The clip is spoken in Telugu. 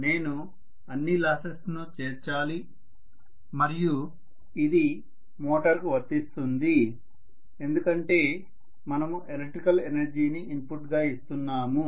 నేను అన్ని లాసెస్ ను చేర్చాలి మరియు ఇది మోటారుకు వర్తిస్తుంది ఎందుకంటే మనము ఎలక్ట్రికల్ ఎనర్జీని ఇన్పుట్గా ఇస్తున్నాము